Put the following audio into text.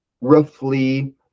roughly